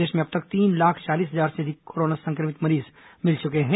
प्रदेश में अब तक तीन लाख चालीस हजार से अधिक कोरोना संक्रमित मरीज मिले हैं